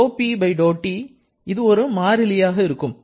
∂P∂T இது ஒரு மாறிலியாக இருக்கும்